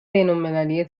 بینالمللی